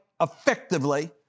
effectively